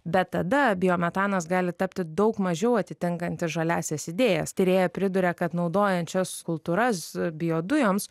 bet tada biometanas gali tapti daug mažiau atitinkantis žaliąsias idėjas tyrėja priduria kad naudojant šias kultūras biodujoms